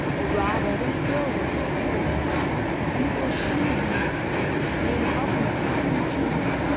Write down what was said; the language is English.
or rather that girl was it herself and it was she who, with her pale, half-mocking features,